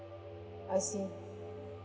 I see